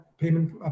payment